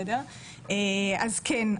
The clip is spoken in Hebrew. אז כן,